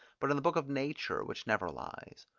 but in the book of nature which never lies.